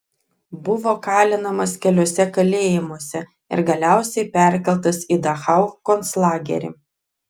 buvo kalinamas keliuose kalėjimuose ir galiausiai perkeltas į dachau konclagerį